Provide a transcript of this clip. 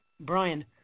Brian